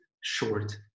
short